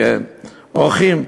אורחים.